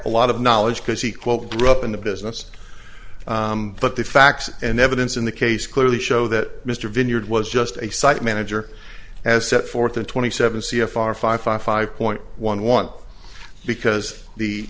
a lot of knowledge because he quote grew up in the business but the facts and evidence in the case clearly show that mr vineyard was just a site manager has set forth the twenty seven c f r five five five point one one because the